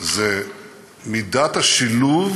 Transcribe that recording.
מידת השילוב